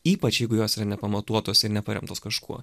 ypač jeigu jos yra nepamatuotos ir neparemtos kažkuo